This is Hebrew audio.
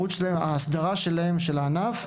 במסגרת ההסדרה של הענף שלהם